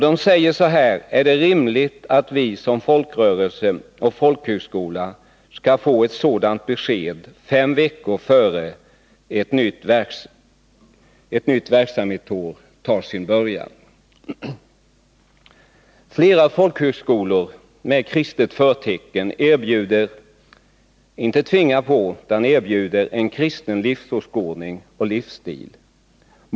De säger så här: Är det rimligt att vi som folkrörelse och folkhögskola skall få ett sådant besked fem veckor innan ett nytt verksamhetsår tar sin början? Flera folkhögskolor med kristet förtecken erbjuder, men tvingar inte på, en kristen livsåskådning och livsstil.